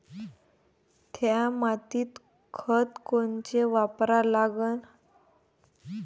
थ्या मातीत खतं कोनचे वापरा लागन?